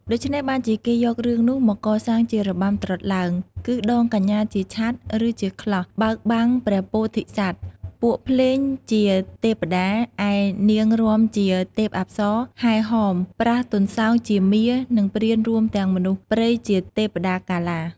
ដូច្នេះ បានជាគេយករឿងនោះមកកសាងជារបាំត្រុដិឡើង គឺដងកញ្ញាជាឆ័ត្រ ឬជាក្លស់ បើកបាំងព្រះពោធិសត្វ ពួកភ្លេងជាទពតា ឯនាងរាំជាទេពអប្សរហែហម ប្រើសទន្សោងជាមារ និងព្រានរួមទាំងមនុស្សព្រៃជាទេពតាកាឡា។